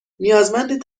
نیازمند